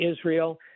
Israel